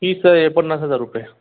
fees आहे पन्नास हजार रुपये